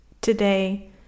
today